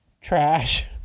trash